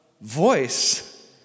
Voice